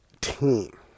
team